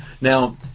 Now